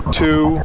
two